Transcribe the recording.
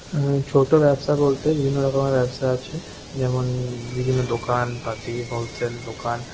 ছোটো ব্যবসা বলতে বিভিন্ন রকমের ব্যবসা আছে যেমন বিভিন্ন দোকানপাতি হোলসেল দোকান